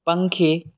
પંખી